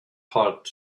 heart